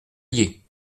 lyé